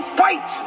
fight